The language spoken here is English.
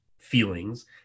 feelings